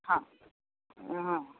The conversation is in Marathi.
हां हां